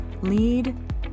Lead